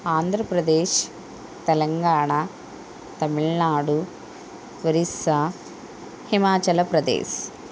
Andhra Pradesh Telangana Tamil Nadu Orissa హిమాచలప్రదేశ్